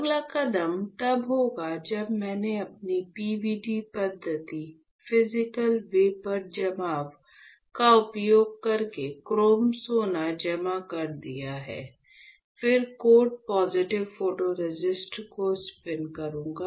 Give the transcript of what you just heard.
अगला कदम तब होगा जब मैंने अपनी PVD पद्धति फिजिकल वेपर जमाव का उपयोग करके क्रोम सोना जमा कर दिया है फिर कोट पॉजिटिव फोटोरेसिस्ट को स्पिन करूंगा